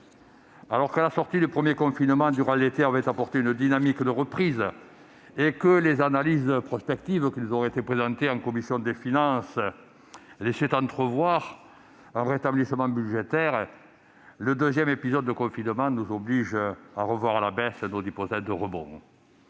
Alors que la sortie du premier confinement durant l'été avait apporté une dynamique de reprise et que les analyses prospectives présentées en commission des finances laissaient entrevoir un rétablissement budgétaire, le deuxième épisode de confinement nous oblige à revoir à la baisse nos hypothèses de rebond.